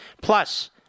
Plus